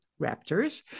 raptors